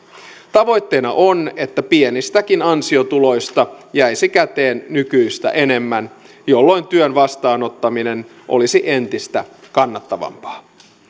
tavoitteena on että pienistäkin ansiotuloista jäisi käteen nykyistä enemmän jolloin työn vastaanottaminen olisi entistä kannattavampaa